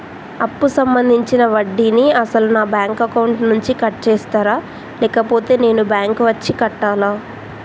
అప్పు సంబంధించిన వడ్డీని అసలు నా బ్యాంక్ అకౌంట్ నుంచి కట్ చేస్తారా లేకపోతే నేను బ్యాంకు వచ్చి కట్టాలా?